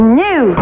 new